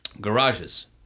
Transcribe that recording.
garages